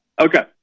Okay